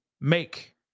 make